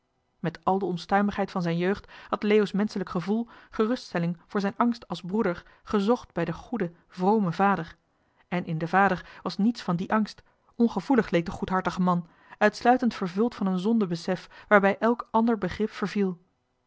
met al de onstuimigheid van zijn jeugd had leo's menschelijk gevoel geruststelling voor zijn angst als broeder gezocht bij den goeden vromen vader en in den vader was niets van dien angst ongevoelig leek de goedhartige man uitsluitend vervuld met een zondebegrip waarbij elk ander begrip verviel